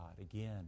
Again